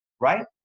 right